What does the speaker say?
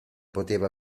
poteva